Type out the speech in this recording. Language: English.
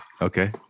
Okay